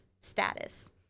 status